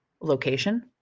location